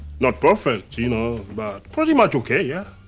not perfect you know, but pretty much okay, yeah.